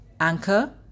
Anchor